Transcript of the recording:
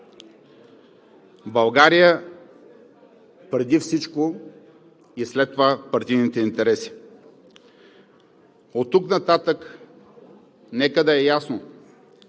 България преди всичко и след това партийните интереси! Оттук нататък нека да е ясно: